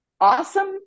awesome